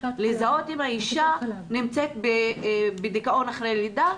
לזהות אם האישה נמצאת בדיכאון אחרי לידה,